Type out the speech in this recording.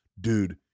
dude